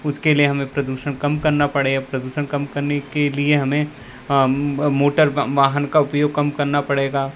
उसके लिए हमें प्रदूषण कम करना पड़े प्रदूषण काम के लिए हमें मोटर वाहन का उपयोग कम करना पड़ेगा